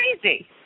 crazy